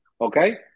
Okay